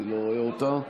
אני לא רואה אותה,